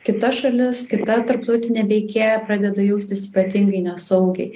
kita šalis kita tarptautinė veikėja pradeda jaustis ypatingai nesaugiai